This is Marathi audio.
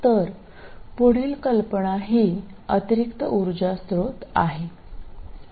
तर पुढील कल्पना ही अतिरिक्त उर्जा स्त्रोत आहे